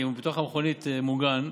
כי בתוך המכונית מוגן.